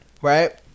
Right